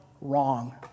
wrong